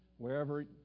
Wherever